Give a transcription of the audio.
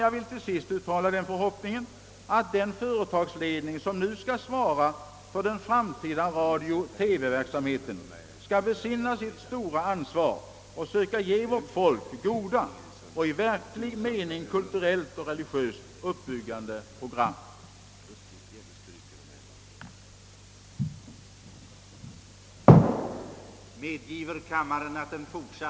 Jag vill till sist uttrycka den förhoppningen att den företagsledning som skall svara för den framtida radiooch TV-verksamheten skall besinna sitt stora ansvar och söka ge vårt folk goda och i verklig mening kul turellt och religiöst uppbyggande program. då enligt utfärdat anslag detta plenum komme att fortsättas.